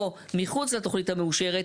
או מחוץ לתוכנית המאושרת,